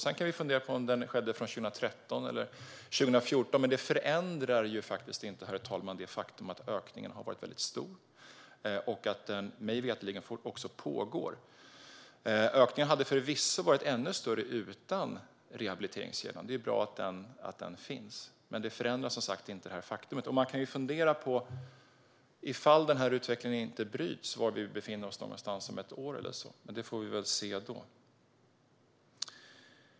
Sedan kan vi fundera på om det skedde från 2013 eller 2014, men det förändrar inte det faktum, herr talman, att ökningen har varit väldigt stor och att den mig veterligen också pågår. Ökningen hade förvisso varit ännu större utan rehabiliteringskedjan. Det är bra att den finns, men det förändrar inte faktum. Man kan fundera på var vi befinner oss om ett år eller så om den här utvecklingen inte bryts, men det får vi väl se då.